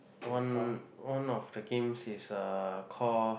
one one of the games is uh call